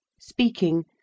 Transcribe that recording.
speaking